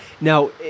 now